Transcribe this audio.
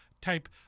type